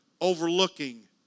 overlooking